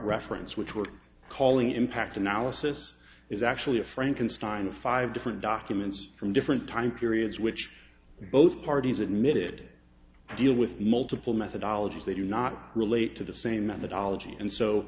reference which we're calling impact analysis is actually a frankenstein of five different documents from different time periods which both parties admit it deal with multiple methodology they do not relate to the same methodology and so